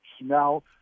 now